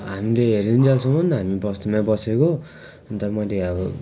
हामले हेरिन्जेलसम्म हामी बस्तीमा बसेको अन्त मैले अब